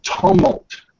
tumult